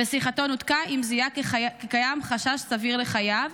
ושיחתו נותקה, אם זיהה כי קיים חשש סביר לחייו.